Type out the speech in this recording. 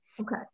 Okay